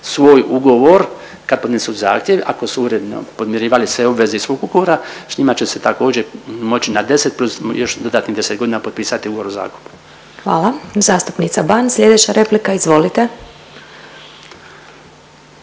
svoj ugovor kad podnesu zahtjev ako su uredno podmirivali sve obveze iz svog ugovora, s njima će se također moći na 10 plus još dodatnih 10 godina, potpisati ugovor o zakupu. **Glasovac, Sabina (SDP)** Hvala. Zastupnica Ban, slijedeća replika izvolite.